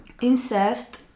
Incest